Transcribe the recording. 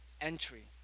entry